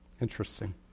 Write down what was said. Interesting